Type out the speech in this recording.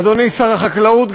אדוני שר החקלאות,